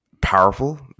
powerful